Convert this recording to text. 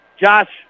Josh